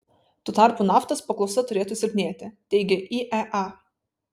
tuo tarpu naftos paklausa turėtų silpnėti teigia iea